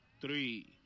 three